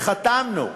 וחתמנו,